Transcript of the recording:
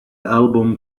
album